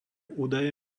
údaje